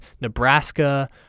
Nebraska